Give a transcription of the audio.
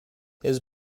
his